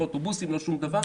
בלי אוטובוסים ובלי שום דבר.